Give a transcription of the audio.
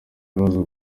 ibibazo